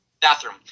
Bathroom